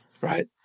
right